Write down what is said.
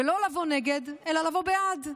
ולא לבוא נגד אלא לבוא בעד.